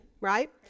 right